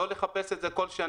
לא לחפש את זה כל שנה,